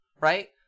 right